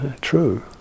true